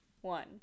one